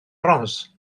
ros